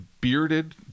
bearded